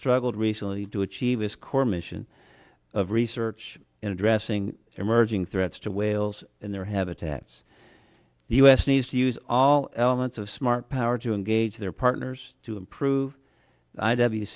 struggled recently to achieve its core mission of research in addressing emerging threats to whales and their habitats the u s needs to use all elements of smart power to engage their partners to improve i w